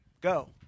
Go